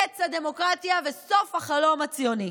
קץ הדמוקרטיה וסוף החלום הציוני.